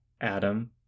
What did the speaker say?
Adam